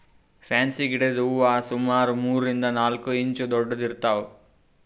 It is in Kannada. ಫ್ಯಾನ್ಸಿ ಗಿಡದ್ ಹೂವಾ ಸುಮಾರ್ ಮೂರರಿಂದ್ ನಾಲ್ಕ್ ಇಂಚ್ ದೊಡ್ಡದ್ ಇರ್ತವ್